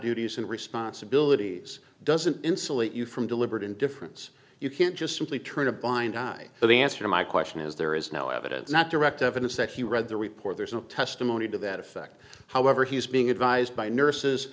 duties and responsibilities doesn't insulate you from deliberate indifference you can't just simply turn a blind eye so the answer to my question is there is no evidence not direct evidence that he read the report there's no testimony to that effect however he's being advised by nurses